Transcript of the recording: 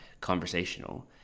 conversational